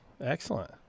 excellent